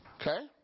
Okay